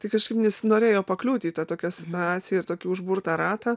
tai kažkaip nesinorėjo pakliūti į tą tokią situaciją ir tokį užburtą ratą